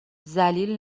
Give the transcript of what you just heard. ذلیل